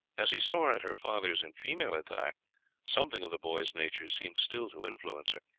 as he saw her at her father's in female attire something of the boy's nature seemed still to influence her.